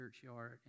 churchyard